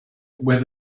with